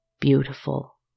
Beautiful